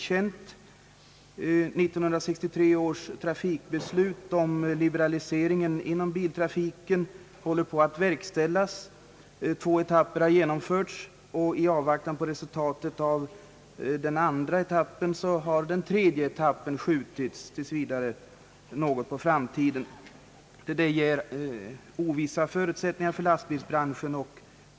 1963 års trafikbeslut om liberalisering inom biltrafiken håller på att stegvis verkställas. Två etapper har genomförts, och i avvaktan på resultatet av den andra etappen har den tredje etappen tills vidare skjutits något på framtiden. Detta ger ovissa förutsättningar för lastbilsbranschen.